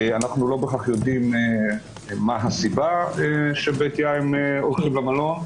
אנחנו לא בהכרח יודעים מה הסיבה שבגינה הם הולכים למלון.